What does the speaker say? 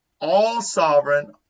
all-sovereign